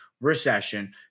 recession